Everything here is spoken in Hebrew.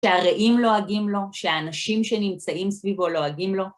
שהרעים לועגים לו, שהאנשים שנמצאים סביבו לועגים לו.